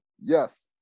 yes